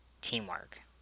Teamwork